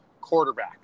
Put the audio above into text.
quarterback